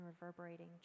reverberating